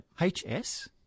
H-S